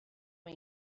mae